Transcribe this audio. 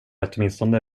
åtminstone